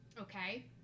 okay